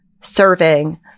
serving